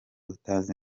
utazi